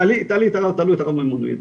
תעלי את הרב מימון הוא ידע,